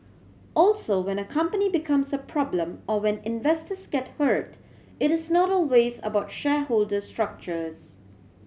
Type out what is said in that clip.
also when a company becomes a problem or when investors get hurt it is not always about shareholder structures